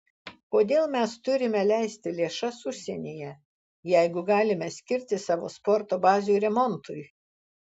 kodėl mes turime leisti lėšas užsienyje jeigu galime skirti savo sporto bazių remontui